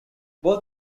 both